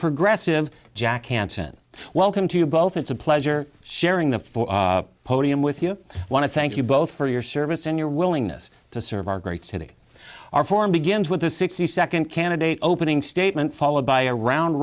progressive jack hanson welcome to you both it's a pleasure sharing the four podium with you want to thank you both for your service and your willingness to serve our great city our form begins with the sixty second candidate opening statement followed by a round